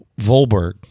Volberg